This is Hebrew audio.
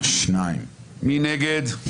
מי נגד?